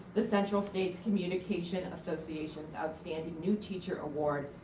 the central state's communication association's outstanding new teacher award,